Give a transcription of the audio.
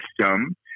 system